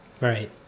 Right